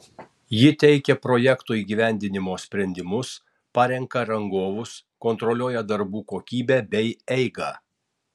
ji teikia projekto įgyvendinimo sprendimus parenka rangovus kontroliuoja darbų kokybę bei eigą